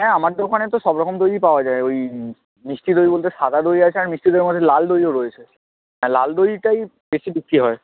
হ্যাঁ আমার দোকানে তো সব রকম দইই পাওয়া যায় ওই মিষ্টি দই বলতে সাদা দই আছে আর মিষ্টি দইয়ের মধ্যে লাল দইও রয়েছে হ্যাঁ লাল দইটাই বেশি বিক্রি হয়